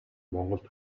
монголд